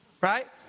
Right